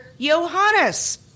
Johannes